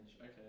okay